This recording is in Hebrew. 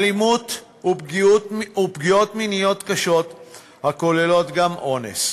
אלימות ופגיעות מיניות קשות הכוללות גם אונס.